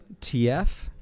TF